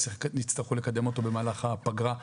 יצטרכו לקדם אותו במהלך הפגרה.